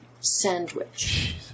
sandwich